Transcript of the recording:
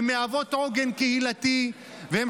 הן מהוות עוגן קהילתי והן